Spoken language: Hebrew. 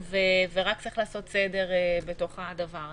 רק צריך לעשות סדר בתוך הדבר הזה.